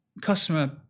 customer